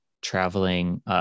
traveling